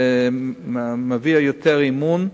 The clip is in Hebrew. זה מביע יותר אמון,